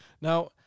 Now